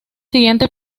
siguientes